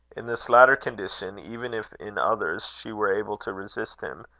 in this latter condition, even if in others she were able to resist him,